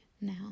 now